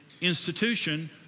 institution